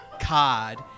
card